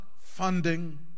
funding